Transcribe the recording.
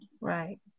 Right